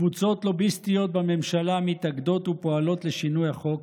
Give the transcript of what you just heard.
קבוצות לוביסטיות בממשלה מתאגדות ופועלות לשינוי החוק,